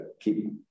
keep